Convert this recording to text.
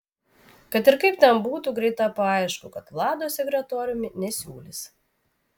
kad ir kaip ten būtų greit tapo aišku kad vlado sekretoriumi nesiūlys